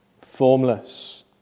formless